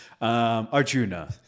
Arjuna